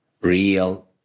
real